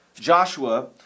Joshua